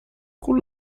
con